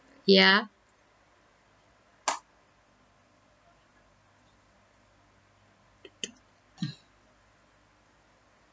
ya